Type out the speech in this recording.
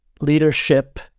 leadership